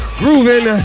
grooving